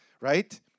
right